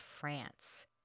France